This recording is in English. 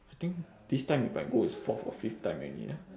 I think this time if I go is fourth or fifth time already ah